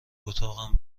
اتاقم